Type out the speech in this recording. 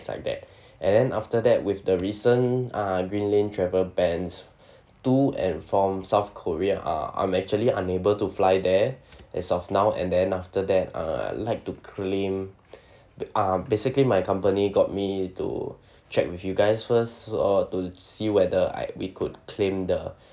things like that and then after that with the recent ah green lane travel bans to and from south korea uh I'm actually unable to fly there as of now and then after that uh I'd like to claim ah basically my company got me to check with you guys first so to see whether I we could claim the